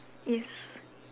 yes